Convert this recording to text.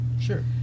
sure